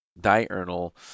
diurnal